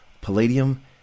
palladium